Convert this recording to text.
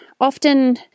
often